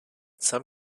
some